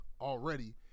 already